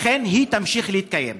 ולכן היא תמשיך להתקיים.